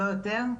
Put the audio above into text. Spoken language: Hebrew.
לא יותר.